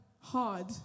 hard